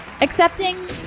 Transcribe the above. Accepting